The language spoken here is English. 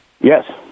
Yes